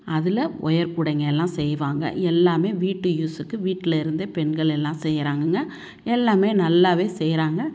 அதில் ஒயர் கூடைங்க எல்லாம் செய்வாங்க எல்லாமே வீட்டு யூஸுக்கு வீட்டில் இருந்தே பெண்கள் எல்லாம் செய்கிறாங்கங்க எல்லாமே நல்லா செய்கிறாங்க